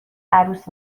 عروس